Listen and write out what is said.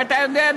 ואתה יודע,